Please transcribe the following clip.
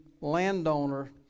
landowner